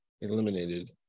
eliminated